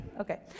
Okay